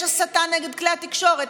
יש הסתה נגד כלי התקשורת,